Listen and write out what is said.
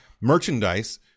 merchandise